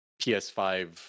PS5